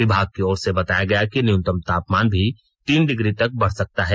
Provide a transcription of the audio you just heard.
विभाग की ओर से बताया गया कि न्यूनतम तापमान भी तीन डिग्री तक बढ़ सकता है